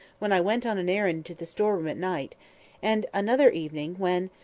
when i went on an errand into the store-room at night and another evening, when,